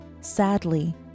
Sadly